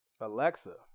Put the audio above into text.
Alexa